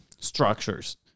structures